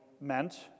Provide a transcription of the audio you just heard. meant